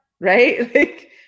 right